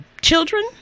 children